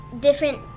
different